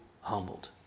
humbled